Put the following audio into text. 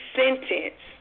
sentence